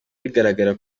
bigaragara